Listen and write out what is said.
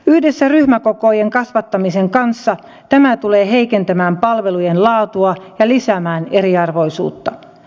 yhdessä ryhmäkokojen kasvattamisen kanssa tämä tulee heikentämään palvelujen laatua ja lisäämään eriarvoisuutta